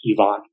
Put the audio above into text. Ivan